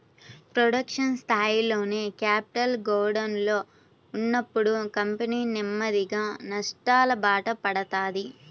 production స్థాయిలోనే capital గోడౌన్లలో ఉన్నప్పుడు కంపెనీ నెమ్మదిగా నష్టాలబాట పడతది